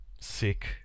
sick